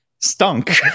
Stunk